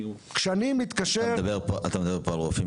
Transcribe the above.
שכשאני מתקשר --- אתה מדבר פה על רופאים